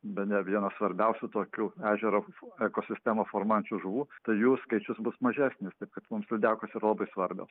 bene viena svarbiausių tokių ežero ekosistemą formuojančių žuvų tai jų skaičius bus mažesnis taip kad mums lydekos yra labai svarbios